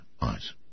eyes